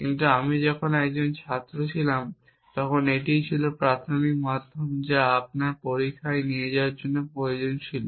কিন্তু যখন আমি একজন ছাত্র ছিলাম তখন এটিই ছিল প্রাথমিক মাধ্যম যা আপনার পরীক্ষায় নিয়ে যাওয়ার প্রয়োজন ছিল